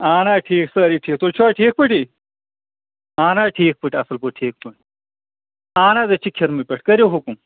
اَہَن حظ ٹھیٖک سٲری ٹھیٖک تُہۍ چھِو حظ ٹھیٖک پٲٹھی اَہَن حظ ٹھیٖک پٲٹھۍ اَصٕل پٲٹھۍ ٹھیٖک پٲٹھۍ اَہَن حظ أسۍ چھِ کھِرمہٕ پیٚٹھِٕ کٔرِو حُکُم